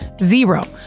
zero